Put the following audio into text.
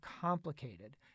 complicated